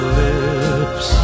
lips